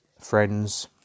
friends